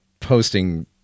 posting